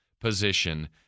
position